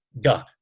God